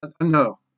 No